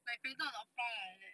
like phantom of the opera like that